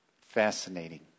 Fascinating